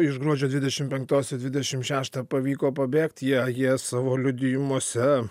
iš gruodžio dvidešim penktos į dvidešim šeštą pavyko pabėgt jie jie savo liudijimuose